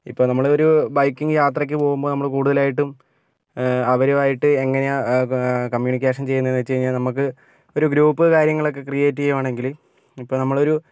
ഇപ്പോൾ നമ്മൾ ഒരു ബൈക്കിംഗ് യാത്രയ്ക്ക് പോകുമ്പോൾ കൂടുതലായിട്ടും അവരുമായിട്ട് എങ്ങനെയാണ് കമ്യൂണിക്കേഷന് ചെയ്യുന്നത് എന്ന് വെച്ച് കഴിഞ്ഞാല് നമുക്ക് ഒരു ഗ്രൂപ്പ് കാര്യങ്ങളൊക്കെ ക്രിയേറ്റ് ചെയ്യുകയാണെങ്കിൽ ഇപ്പം നമ്മളൊരു